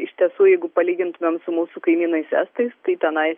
iš tiesų jeigu palygintumėm su mūsų kaimynais estais tai tenai